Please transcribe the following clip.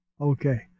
Okay